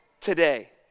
today